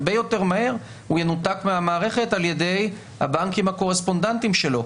הרבה יותר מהר הוא ינותק מהמערכת על ידי הבנקים הקורספונדנטים שלו.